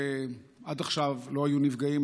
עד עכשיו לא היו נפגעים,